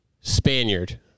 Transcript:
Spaniard